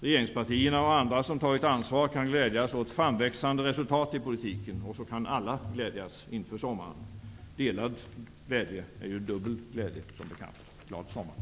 Regeringspartierna och andra som har tagit ansvar kan glädjas åt framväxande resultat i politiken. På så sätt kan alla glädjas inför sommaren. Delad glädje är ju, som bekant, dubbel glädje. Glad sommar!